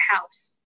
house